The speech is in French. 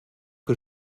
que